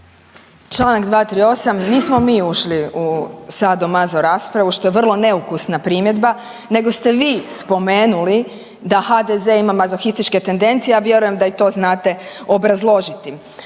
Čl. 238, nismo mi ušli u sado-mazo raspravu, što je vrlo neukusna primjedba, nego ste vi spomenuli da HDZ ima mazohističke tendencije, a vjerujem da i to znate obrazložiti.